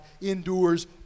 endures